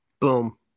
Boom